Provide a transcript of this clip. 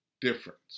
difference